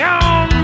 on